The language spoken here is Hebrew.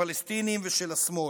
פלסטינים ושל השמאל.